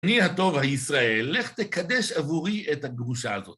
אני הטוב הישראל, לך תקדש עבורי את הגרושה הזאת.